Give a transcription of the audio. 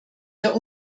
der